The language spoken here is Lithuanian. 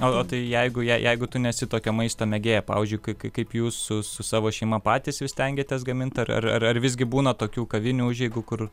o o tai jeigu jei jeigu tu nesi tokio maisto mėgėja pavyzdžiui kai kai kaip jūs su su savo šeima patys vis stengiatės gamint ar ar ar ar visgi būna tokių kavinių užeigų kur